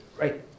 Right